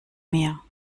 mir